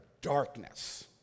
darkness